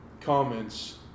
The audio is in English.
comments